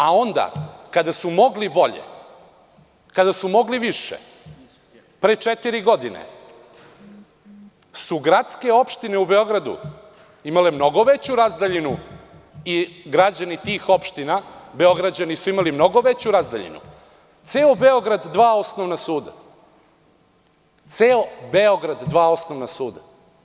A onda kada su mogli bolje, kada su mogli više, pre četiri godine, gradske opštine u Beogradu su imale mnogo veću razdaljinu i građani tih opština, Beograđani su imali mnogo veću razdaljinu, ceo Beograd je imao dva osnovna suda.